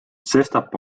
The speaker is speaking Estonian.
sestap